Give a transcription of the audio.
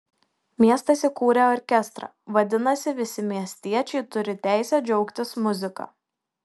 miestas įkūrė orkestrą vadinasi visi miestiečiai turi teisę džiaugtis muzika